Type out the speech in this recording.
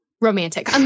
romantic